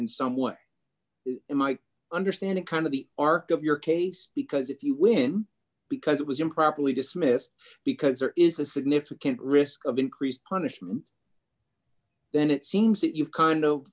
in some way you might understand it kind of the arc of your case because if you win because it was improperly dismissed because there is a significant risk of increased punishment then it seems that you've